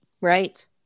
Right